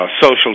social